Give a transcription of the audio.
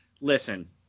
listen